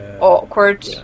awkward